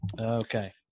Okay